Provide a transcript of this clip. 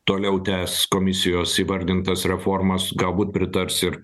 toliau tęs komisijos įvardintas reformas galbūt pritars ir